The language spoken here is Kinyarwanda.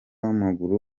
w’amaguru